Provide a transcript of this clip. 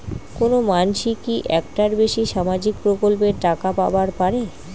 কোনো মানসি কি একটার বেশি সামাজিক প্রকল্পের টাকা পাবার পারে?